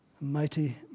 mighty